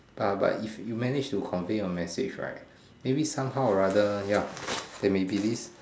uh but if you manage to convey your message right maybe somehow or rather ya they may believe